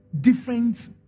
different